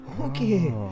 Okay